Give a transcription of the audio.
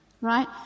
Right